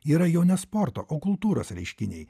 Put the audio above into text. yra jau ne sporto o kultūros reiškiniai